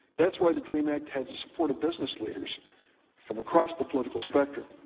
that's why the dream act has the support of business leaders from across the political spectrum.